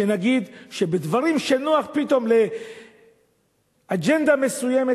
שנגיד שבדברים שנוח פתאום לאג'נדה מסוימת,